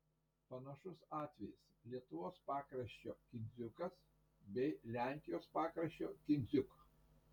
panašus atvejis lietuvos pakraščio kindziukas bei lenkijos pakraščio kindziuk